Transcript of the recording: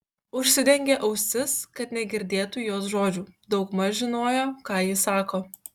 užsidengė ausis kad negirdėtų jos žodžių daugmaž žinojo ką ji sako